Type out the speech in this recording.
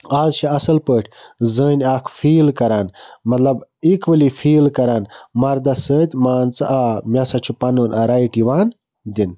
آز چھِ اصٕل پٲٹھۍ زٔنۍ اکھ فیٖل کَران مطلب اِکؤلی فیٖل کَران مردَس سۭتۍ مان ژٕ آ مےٚ ہسا چھُ پَنُن ٲں رایِٹ یِوان دنہٕ